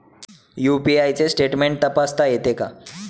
UPI चे statement तपासता येते का?